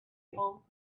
able